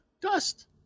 dust